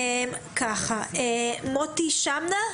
מוטי שמקה,